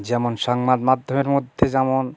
যেমন সংবাদ মাধ্যমের মধ্যে যেমন